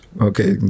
Okay